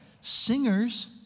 singers